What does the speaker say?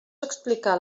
explicar